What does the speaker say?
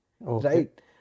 right